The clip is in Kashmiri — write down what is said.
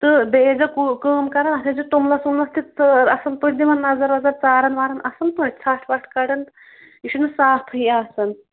تہٕ بیٚیہِ ٲسزیٚو کٲم کَران اَتھ ٲسزیٚو توٚملَس وُملَس تہِ ژٲر اصٕل پٲٹھۍ دِوان نظر وَظر ژاران واران اَصٕل پٲٹھۍ ژھٹھ وَٹھ کَڑان یہِ چھُنہٕ صافٕے آسان